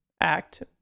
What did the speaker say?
act